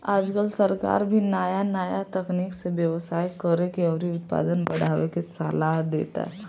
आजकल सरकार भी नाया नाया तकनीक से व्यवसाय करेके अउरी उत्पादन बढ़ावे के सालाह देता